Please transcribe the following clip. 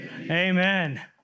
Amen